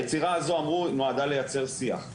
היצירה אמרו נועדה לייצר שיח,